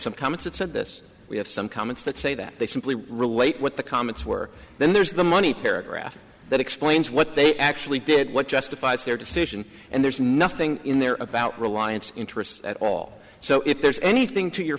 some comments that said this we have some comments that say that they simply relate what the comments were then there's the money paragraph that explains what they actually did what justifies their decision and there's nothing in there about reliance interests at all so if there's anything to your